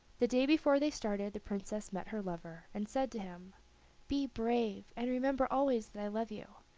the day before they started the princess met her lover and said to him be brave, and remember always that i love you.